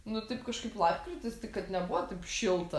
nu taip kažkaip lapkritis tai kad nebuvo taip šilta